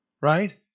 Right